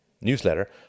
newsletter